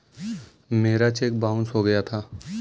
मेरा cheque bounce हो गया था